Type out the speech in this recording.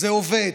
זה עובד.